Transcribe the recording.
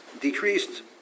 decreased